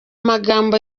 magambo